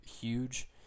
huge